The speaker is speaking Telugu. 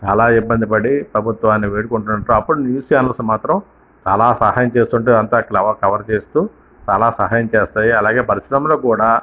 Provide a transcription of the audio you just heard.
చాలా ఇబ్బంది పడి ప్రభుత్వాన్ని వేడుకుంటుంటే అప్పుడు న్యూస్ చానల్స్ మాత్రం చాలా సహాయం చేస్తుంటాయి అంతా క్లవర్ కవర్ చేస్తూ చాలా సహాయం చేస్తాయి అలాగే పరిశ్రమలో కూడా